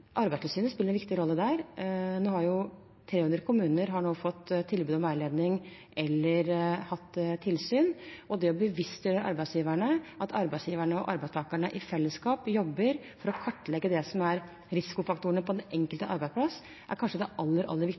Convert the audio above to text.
Arbeidstilsynet spiller en viktig rolle der. 300 kommuner har nå fått tilbud om veiledning eller hatt tilsyn. Det å bevisstgjøre arbeidsgiverne, at arbeidsgiverne og arbeidstakerne i fellesskap jobber for å kartlegge risikofaktorene på den enkelte arbeidsplass, er kanskje det aller